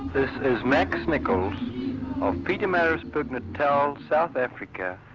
this is max nichols of pietermaritzburg, natal, south africa